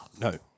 No